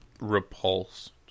repulsed